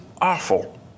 awful